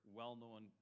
well-known